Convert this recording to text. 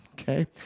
okay